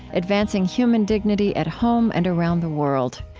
advancing human dignity at home and around the world.